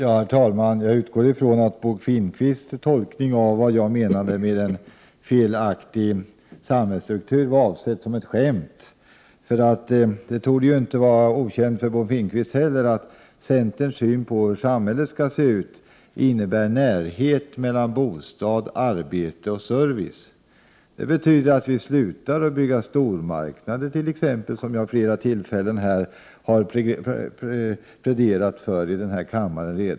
Herr talman! Jag utgår från att Bo Finnkvists tolkning av vad jag menade med en felaktig samhällsstruktur var avsedd som ett skämt. Det torde ju inte var okänt för honom heller att centerns syn på hur samhället skall se ut innebär närhet mellan bostad, arbete och service. Det betyder t.ex. att vi slutar att bygga stormarknader, vilket jag vid flera tillfällen har pläderat för här i kammaren.